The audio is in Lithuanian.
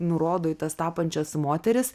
nurodo į tas tapančias moteris